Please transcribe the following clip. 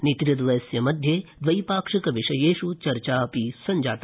नेतृद्वयस्य मध्ये द्वप्रक्षिकविषयेषु चर्चा सञ्जाता